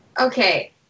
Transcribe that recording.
Okay